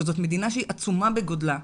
שזאת מדינה שהיא עצומה בגודלה,